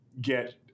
get